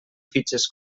fitxes